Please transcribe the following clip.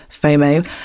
FOMO